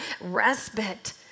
respite